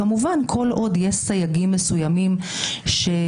כמובן כל עוד יש סייגים מסוימים שלעניות